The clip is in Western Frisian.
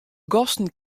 gasten